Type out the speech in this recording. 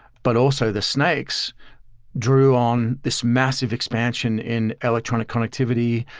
but also the snakes drew on this massive expansion in electronic connectivity,